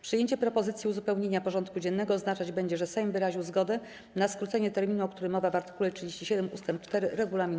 Przyjęcie propozycji uzupełnienia porządku dziennego oznaczać będzie, że Sejm wyraził zgodę na skrócenie terminu, o którym mowa w art. 37 ust. 4 regulaminu Sejmu.